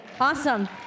Awesome